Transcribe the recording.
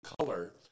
color